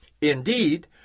Indeed